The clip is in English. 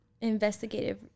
investigative